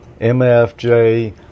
MFJ